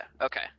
Okay